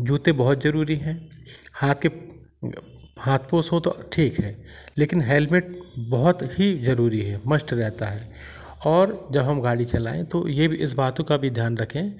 जूते बहुत जरूरी है हाथ के हाथ पोस हो तो ठीक है लेकिन हेलमेट बहुत ही जरूरी है मस्ट रहता है और जब हम गाड़ी चलाएं तो ये इस बातों का भी ध्यान रखें